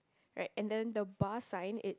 right and then the bar sign it